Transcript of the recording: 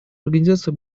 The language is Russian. организацию